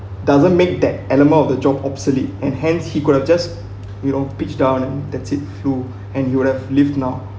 doesn't make that element of the job obsolete and hence he could have just you know pitch down and that's to and you would have lived now